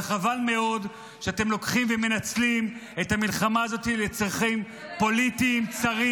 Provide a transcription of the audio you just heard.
וחבל מאוד שאתם לוקחים ומנצלים את המלחמה הזאת לצרכים פוליטיים צרים.